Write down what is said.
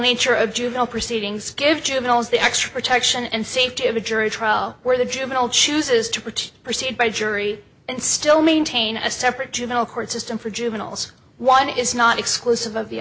nature of juvenile proceedings give juveniles the extra protection and safety of a jury trial where the juvenile chooses to particular state by jury and still maintain a separate juvenile court system for juveniles one is not exclusive of the